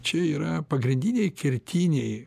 čia yra pagrindiniai kertiniai